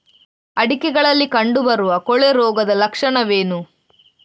ಅಡಿಕೆಗಳಲ್ಲಿ ಕಂಡುಬರುವ ಕೊಳೆ ರೋಗದ ಲಕ್ಷಣವೇನು?